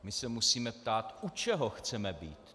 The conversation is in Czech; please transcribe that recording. My se musíme ptát, u čeho chceme být.